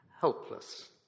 helpless